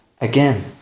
again